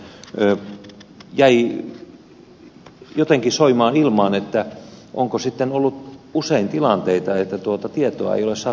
jäi jotenkin soimaan ilmaan että onko sitten ollut usein tilanteita että tuota tietoa ei ole saatu riittävästi